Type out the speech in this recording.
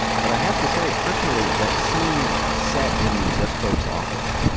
but i have to say, personally, that scene set in the just folks office,